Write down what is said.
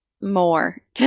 more